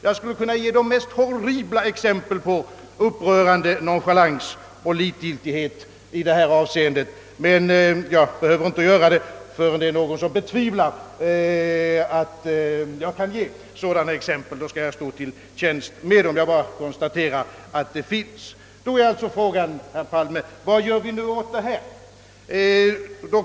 Jag skulle kunna ge de mest horribla exempel på upprörande nonchalans och likgiltighet i detta avseende; jag behöver inte göra det, och jag kommer inte att göra det, såvida det inte finns någon som betvivlar att jag kan anföra sådana exempel — i så fall skall jag givetvis stå till tjänst med dem. Då är frågan, herr Palme: Vad görs nu åt detta?